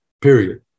period